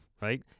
right